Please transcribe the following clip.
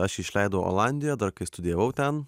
aš jį išleidau olandijoj dar kai studijavau ten